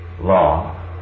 law